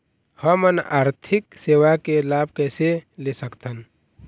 हमन आरथिक सेवा के लाभ कैसे ले सकथन?